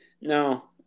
No